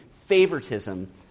favoritism